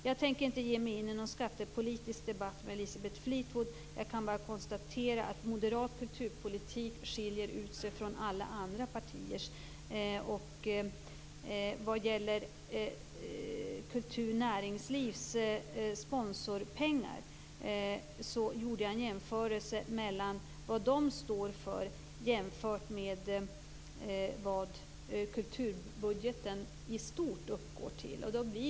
Jag tänker inte ge mig in i någon skattepolitisk debatt med Elisabeth Fleetwood. Jag kan bara konstatera att moderat kulturpolitik skiljer ut sig från alla andra partiers. Vad gäller näringslivets sponsorpengar gjorde jag en jämförelse mellan vad det står för jämfört med vad kulturbudgeten i stort uppgår till.